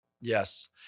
yes